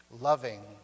loving